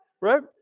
Right